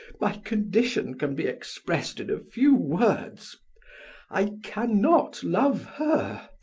my condition can be expressed in a few words i can not love her,